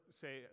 say